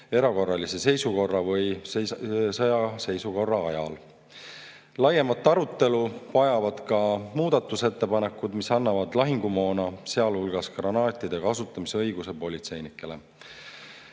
erakorralise seisukorra või sõjaseisukorra ajal. Laiemat arutelu vajavad ka muudatusettepanekud, mis annavad politseinikele lahingumoona, sealhulgas granaatide kasutamise õiguse.